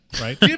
right